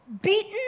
beaten